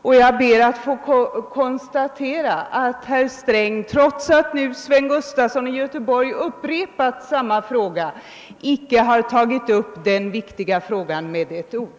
Jag ber alitså att få konstatera att herr Sträng, trots att herr Gustafson i Göteborg upprepat denna viktiga fråga, inte med ett ord kommenterat den.